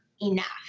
enough